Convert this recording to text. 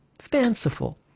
fanciful